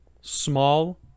small